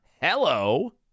Hello